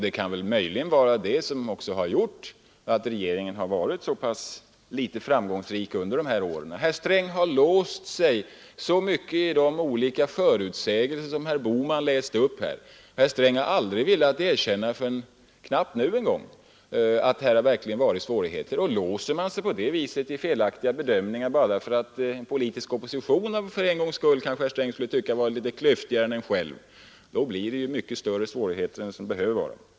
Det kan möjligen vara det som också har gjort att regeringen varit så pass litet framgångsrik under de här åren. Herr Sträng har låst sig i de olika förutsägelser som herr Bohman läste upp. Herr Sträng har knappast ens nu velat erkänna att här verkligen har varit svårigheter. Låser man sig på det viset i felaktiga bedömningar bara därför att den politiska oppositionen — för en gångs skull, kanske herr Sträng skulle tycka — varit litet klyftigare än man själv, då blir svårigheterna mycket större än de behöver vara.